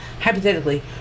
hypothetically